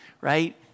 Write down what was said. right